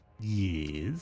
Yes